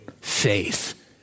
Faith